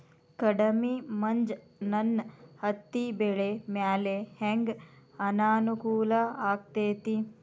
ಕಡಮಿ ಮಂಜ್ ನನ್ ಹತ್ತಿಬೆಳಿ ಮ್ಯಾಲೆ ಹೆಂಗ್ ಅನಾನುಕೂಲ ಆಗ್ತೆತಿ?